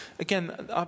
Again